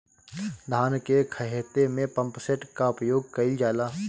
धान के ख़हेते में पम्पसेट का उपयोग कइल जाला?